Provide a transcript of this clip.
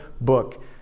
book